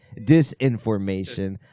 disinformation